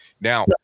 Now